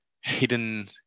hidden